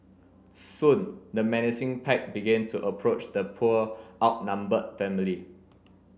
soon the menacing pack began to approach the poor outnumbered family